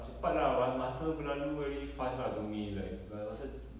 cepat lah one masa berlalu very fast lah to me like my masa